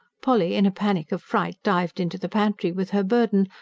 polly, in a panic of fright, dived into the pantry with her burden,